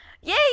Yay